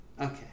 Okay